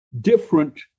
different